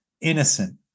innocent